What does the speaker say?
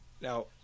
Now